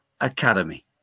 Academy